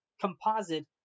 composite